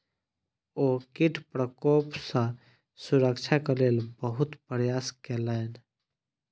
ओ कीट प्रकोप सॅ सुरक्षाक लेल बहुत प्रयास केलैन